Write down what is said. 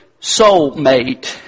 soulmate